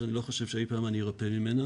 שאני לא חושב שאי פעם אני ארפא ממנה